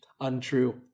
untrue